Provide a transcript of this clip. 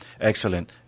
Excellent